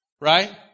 right